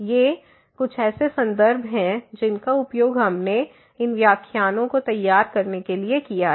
ये ऐसे संदर्भ हैं जिनका उपयोग हमने इन व्याख्यानों को तैयार करने के लिए किया है